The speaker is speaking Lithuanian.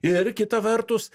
ir kita vertus